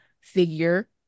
figure